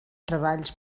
treballs